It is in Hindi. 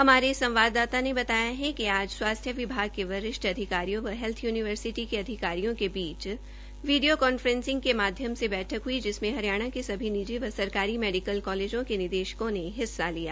हमारे संवाददाता ने बताया कि आज स्वास्थ्य विभाग के वरिष्ठ अधिकारियों व हैल्थ यूनिवर्सिटी के अधिकारियों के बीच वीडियों कांफ्रेसिंग के माध्यम से बैठक हुई जिसमें हरियाणा के सभी निजी व सरकारी मेडिकल कालेजों के निदेशकों ने भी हिस्सा लिया